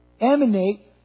emanate